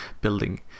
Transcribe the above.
building